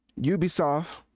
Ubisoft